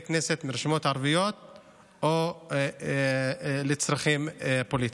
כנסת מרשימות ערביות לצרכים פוליטיים.